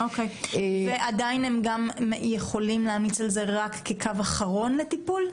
הם יכולים להמליץ על זה רק כקו אחרון לטיפול?